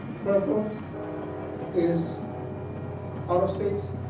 purple is out of state,